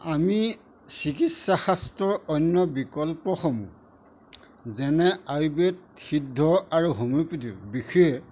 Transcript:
আমি চিকিৎসাশাস্ত্ৰৰ অন্য বিকল্পসমূহ যেনে আয়ুৰ্বেদ সিদ্ধ আৰু হোমিঅ'পেথীৰ বিষয়ে